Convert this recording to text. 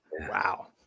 wow